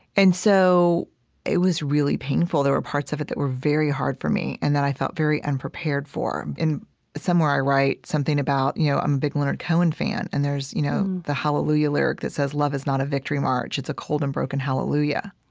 and so it was really painful. there were parts of it that were very hard for me and that i felt very unprepared for. somewhere i write something about, you know, i'm a big leonard cohen fan and there's you know the hallelujah lyric that says, love is not a victory march, it's a cold and broken hallelujah.